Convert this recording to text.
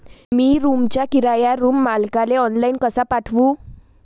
मी रूमचा किराया रूम मालकाले ऑनलाईन कसा पाठवू?